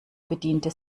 bediente